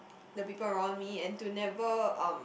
the people around me and to never um